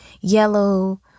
yellow